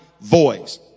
voice